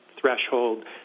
threshold